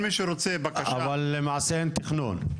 אבל למעשה אין תכנון.